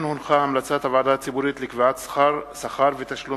המלצת הוועדה הציבורית לקביעת שכר ותשלומים